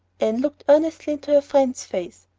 anne looked earnestly into her friend's face.